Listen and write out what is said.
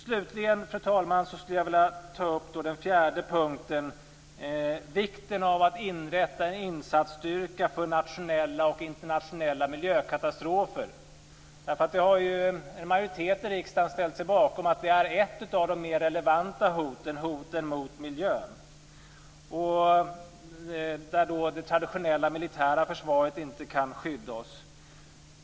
Slutligen, fru talman, skulle jag vilja ta upp den fjärde punkten, vikten av att inrätta en insatsstyrka för nationella och internationella miljökatastrofer. En majoritet i riksdagen har ställt sig bakom att ett av de mer relevanta hoten är hotet mot miljön där det traditionella militära försvaret inte kan skydda oss.